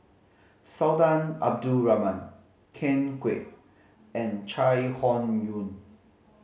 Sultan Abdul Rahman Ken Kwek and Chai Hon Yoong